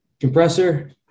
Compressor